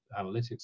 analytics